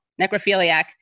necrophiliac